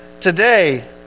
today